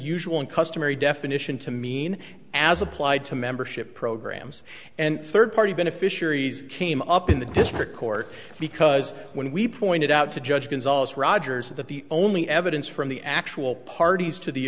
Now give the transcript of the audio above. usual and customary definition to mean as applied to membership programs and third party beneficiaries came up in the district court because when we pointed out to judge gonzales rogers that the only evidence from the actual parties to the